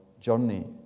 journey